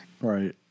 Right